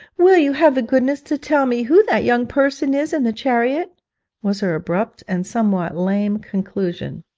will you have the goodness to tell me who that young person is in the chariot was her abrupt and somewhat lame conclusion.